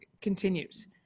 continues